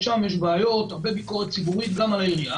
יש בעיות, והרבה ביקורת ציבורית גם על העירייה